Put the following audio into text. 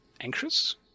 anxious